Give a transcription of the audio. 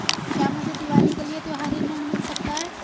क्या मुझे दीवाली के लिए त्यौहारी ऋण मिल सकता है?